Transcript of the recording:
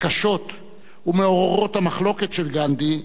הקשות ומעוררות המחלוקת של גנדי,